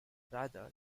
rather